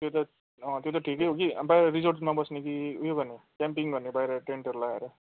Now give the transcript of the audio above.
त्यो त अँ त्यो ठिकै हो कि अब बाहिर रिजोर्ट्समा बस्ने कि ऊ यो गर्ने क्याम्पिङ गर्ने बाहिर टेन्टहरू लगाएर